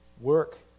work